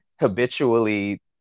habitually